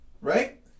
Right